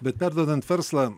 bet perduodant verslą